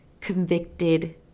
convicted